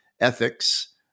ethics